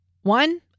One